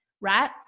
right